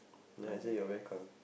then I said you are welcome